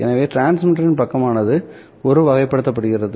எனவே டிரான்ஸ்மிட்டர் பக்கமானது ஒரு வகைப்படுத்தப்படுகிறது